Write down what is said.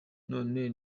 none